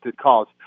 calls